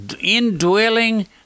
indwelling